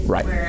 Right